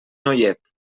noiet